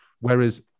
Whereas